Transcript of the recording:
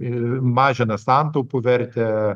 ir mažina santaupų vertę